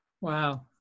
Wow